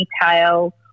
detail